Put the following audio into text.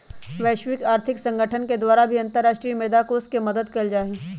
वैश्विक आर्थिक संगठन के द्वारा भी अन्तर्राष्ट्रीय मुद्रा कोष के मदद कइल जाहई